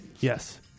yes